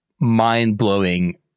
mind-blowing